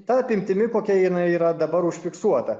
ta apimtimi kokia jinai yra dabar užfiksuota